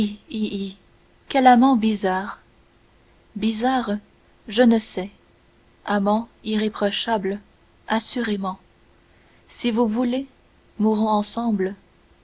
quel amant bizarre bizarre je ne sais amant irréprochable assurément si vous voulez mourons ensemble